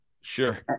Sure